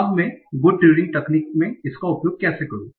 अब मैं Good Turing तकनीक में इसका उपयोग कैसे करूँ